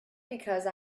because